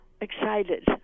excited